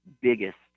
biggest